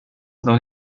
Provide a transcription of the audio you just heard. noch